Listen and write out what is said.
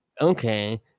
Okay